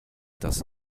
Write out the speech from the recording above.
das